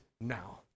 now